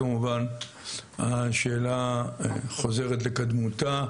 כמובן השאלה חוזרת לקדמותה,